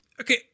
Okay